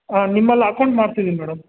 ಹಾಂ ನಿಮ್ಮಲ್ಲಿ ಅಕೌಂಟ್ ಮಾಡ್ಸಿದ್ದೀನಿ ಮೇಡಮ್